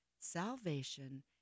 salvation